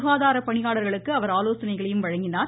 சுகாதாரப் பணியாளர்களுக்கு அவர் ஆலோசனைகளையும் வழங்கினார்